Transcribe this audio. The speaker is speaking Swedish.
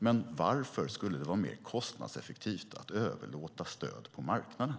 Men varför skulle det vara mer kostnadseffektivt att överlåta stöd på marknaden?